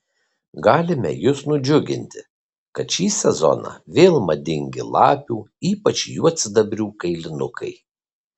galime jus nudžiuginti kad šį sezoną vėl madingi lapių ypač juodsidabrių kailinukai